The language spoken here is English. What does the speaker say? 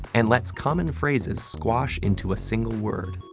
and lets common phrases squash into a single word.